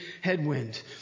headwind